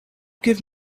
give